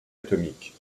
atomique